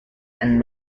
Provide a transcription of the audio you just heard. and